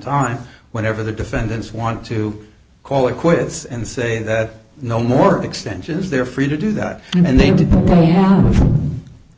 time whenever the defendants want to call it quits and say that no more extensions they are free to do that and they did